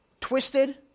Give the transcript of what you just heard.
twisted